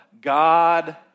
God